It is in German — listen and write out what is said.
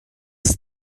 ist